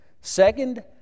Second